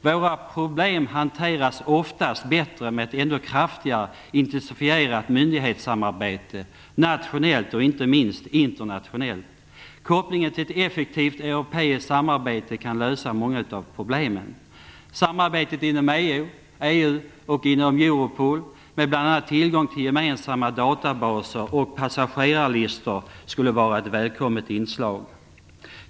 Våra problem hanteras oftast bättre med ett ännu kraftigare, intensifierat myndighetssamarbete nationellt och - inte minst - internationellt. Kopplingen till ett effektivt europeiskt samarbete kan lösa många av problemen. Samarbetet inom EU och Europol med tillgång till bl.a. gemensamma databaser och passagerarlistor skulle vara ett välkommet inslag.